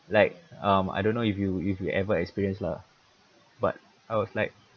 like um I don't know if you if you ever experience lah but I was like